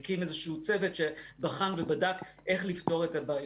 הוא הקים איזשהו צוות שבחן ובדק איך לפתור את הבעיות.